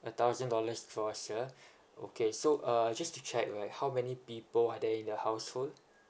a thousand dollars for okay so uh just to check right how many people are there in your household